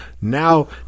Now